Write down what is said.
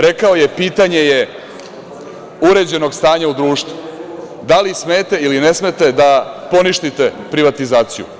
Rekao je pitanje je uređenog stanja u društvu da li smete ili ne smete da poništite privatizaciju.